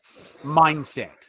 mindset